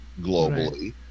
globally